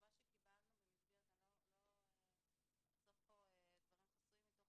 התשובה שקיבלנו לא אחשוף כאן דברים חסויים מתוך